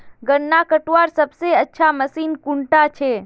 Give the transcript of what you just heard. गन्ना कटवार सबसे अच्छा मशीन कुन डा छे?